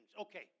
okay